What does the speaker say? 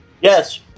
Yes